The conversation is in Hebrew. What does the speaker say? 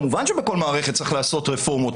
כמובן שבכל מערכת צריך לעשות רפורמות,